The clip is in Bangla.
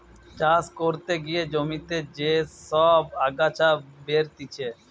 চাষ করতে গিয়ে জমিতে যে সব আগাছা বেরতিছে